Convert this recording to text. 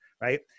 right